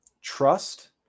Trust